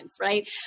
right